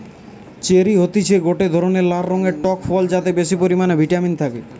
cherry হতিছে গটে ধরণের লাল রঙের টক ফল যাতে বেশি পরিমানে ভিটামিন থাকে